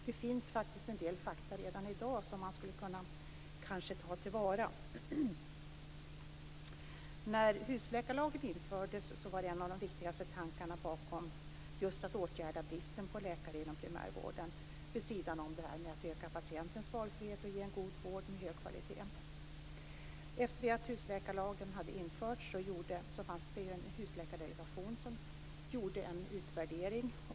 Det finns en del fakta redan i dag som man skulle kunna ta till vara. När husläkarlagen infördes var en av de viktigaste tankarna bakom just att åtgärda bristen på läkare inom primärvården vid sidan av att man skulle öka patientens valfrihet och erbjuda patienten en god vård med hög kvalitet. Efter det att husläkarlagen hade införts tillsattes en husläkardelegation som gjorde en utvärdering.